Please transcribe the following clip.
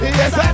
yes